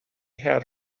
had